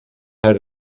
had